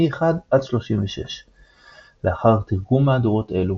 מ-1 עד 36. לאחר תרגום מהדורות אלו,